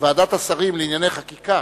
שוועדת השרים לענייני חקיקה,